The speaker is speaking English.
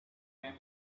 camp